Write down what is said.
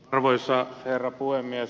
arvoisa herra puhemies